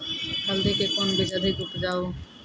हल्दी के कौन बीज अधिक उपजाऊ?